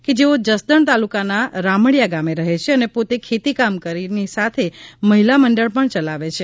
કે જેઓ જસદણ તાલુકાના રામડીયા ગામે રહે છે અને પોતે ખેતી કામની સાથે મહિલા મંડળ પણ ચલાવે છે